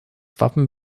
wappen